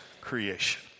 creation